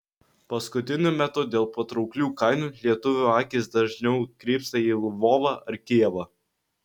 paskutiniu metu dėl patrauklių kainų lietuvių akys dažniau krypsta į lvovą ar kijevą